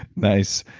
nice.